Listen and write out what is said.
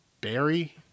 Barry